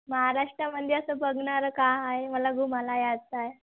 महाराष्ट्रामध्ये असं बघणारं का आहे मला घुमाला यायचं आहे